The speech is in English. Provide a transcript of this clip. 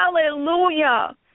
Hallelujah